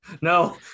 No